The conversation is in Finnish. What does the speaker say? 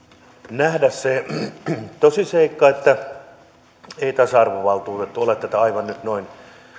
nähdä se tosiseikka että ei tasa arvovaltuutettu ole tätä nyt aivan noin